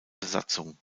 besatzung